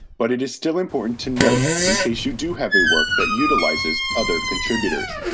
but it is still important to note in case you do have a work that utilizes other contributors.